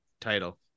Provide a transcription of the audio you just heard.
title